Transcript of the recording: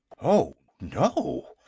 oh, no!